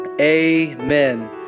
amen